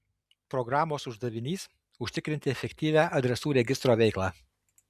programos uždavinys užtikrinti efektyvią adresų registro veiklą